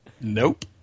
Nope